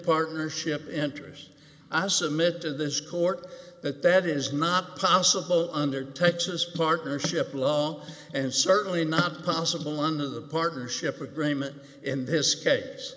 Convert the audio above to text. partnership interest i submit to this court that that is not possible under texas partnership law and certainly not possible under the partnership agreement in this case